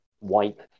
wipe